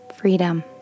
Freedom